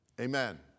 amen